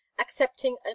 accepting